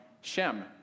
Shem